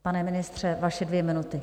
Pane ministře, vaše dvě minuty.